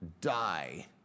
die